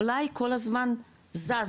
המלאי כל הזמן זז,